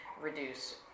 reduce